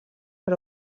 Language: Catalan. per